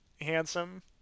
handsome